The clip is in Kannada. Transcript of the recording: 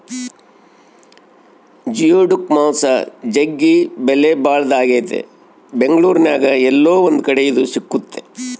ಜಿಯೋಡುಕ್ ಮಾಂಸ ಜಗ್ಗಿ ಬೆಲೆಬಾಳದಾಗೆತೆ ಬೆಂಗಳೂರಿನ್ಯಾಗ ಏಲ್ಲೊ ಒಂದು ಕಡೆ ಇದು ಸಿಕ್ತತೆ